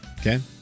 Okay